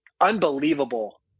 unbelievable